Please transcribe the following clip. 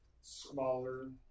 smaller